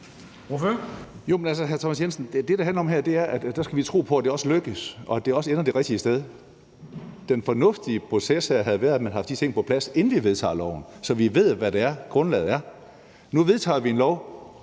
hr. Thomas Jensen, det, det handler om her, er, at vi skal tro på, at det også lykkes, og at det også ender det rigtige sted. Den fornuftige proces her havde været, at man havde haft de ting på plads, inden vi vedtager lovforslaget, så vi ved, hvad det er, grundlaget er. Nu vedtager vi et